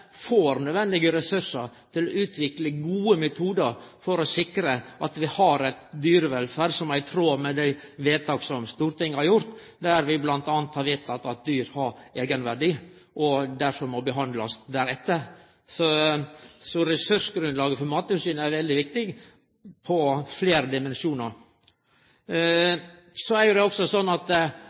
får nødvendige ressursar til å utvikle gode metodar for å sikre at vi har ei dyrevelferd som er i tråd med dei vedtaka som Stortinget har gjort, der vi bl.a. har vedteke at dyr har eigenverdi, og difor må behandlast deretter. Så ressursgrunnlaget for Mattilsynet er veldig viktig ut frå fleire dimensjonar. Så er det også sånn at